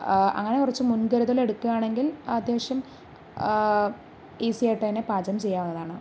അങ്ങനെ കുറച്ചു മുൻകരുതൽ എടുക്കുകയാണെങ്കിൽ അത്യാവശ്യം ഈസിയായിട്ടു തന്നെ പാചകം ചെയ്യാവുന്നതാണ്